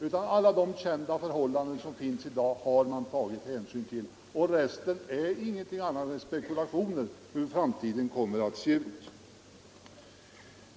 Man har tagit hänsyn till kända förhållanden — resten är ingenting annat än spekulationer om hur framtiden kommer att se ut.